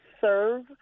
serve